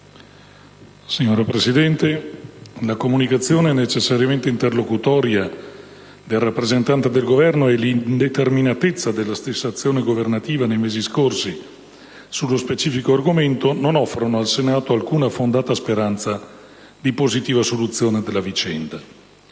Signora Presidente, la comunicazione - necessariamente interlocutoria - del rappresentante del Governo e l'indeterminatezza della stessa azione governativa nei mesi scorsi sullo specifico argomento non offrono al Senato alcuna fondata speranza di positiva soluzione della vicenda.